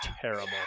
terrible